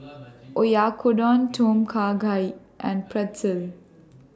Oyakodon Tom Kha Gai and Pretzel